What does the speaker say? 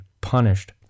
punished